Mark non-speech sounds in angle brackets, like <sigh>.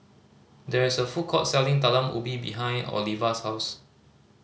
<noise> there is a food court selling Talam Ubi behind Ovila's house